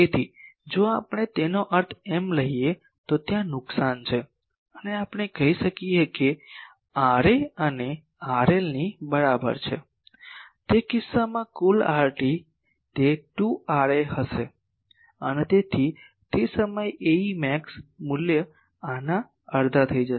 તેથી જો આપણે તેનો અર્થ એમ લઈએ તો ત્યાં નુકસાન છે અને આપણે કહી શકીએ કે RA એ RL ની બરાબર છે તે કિસ્સામાં કુલ RT તે 2 RA હશે અને તેથી તે સમયે Ae max મૂલ્ય આના અડધા થઈ જશે